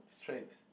stripes